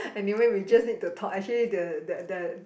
anyway we just need to talk actually the the the